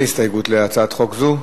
אין הסתייגות להצעת חוק זו?